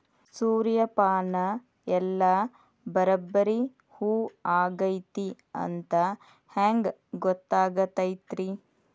ಸೂರ್ಯಪಾನ ಎಲ್ಲ ಬರಬ್ಬರಿ ಹೂ ಆಗೈತಿ ಅಂತ ಹೆಂಗ್ ಗೊತ್ತಾಗತೈತ್ರಿ?